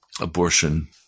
Abortion